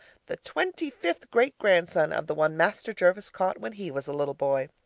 the twenty-fifth great-grandson of the one master jervis caught when he was a little boy.